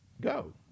Go